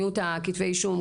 מיעוט כתבי האישום,